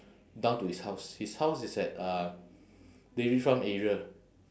down to his house his house is at uh dairy farm area